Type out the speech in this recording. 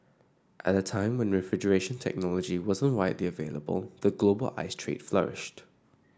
at a time when refrigeration technology wasn't widely available the global ice trade flourished